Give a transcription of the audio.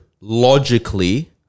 logically